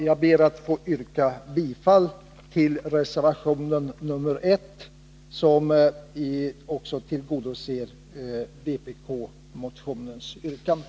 Jag ber att få yrka bifall till reservationen 1, som också tillgodoser vpk-motionens yrkande.